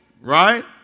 right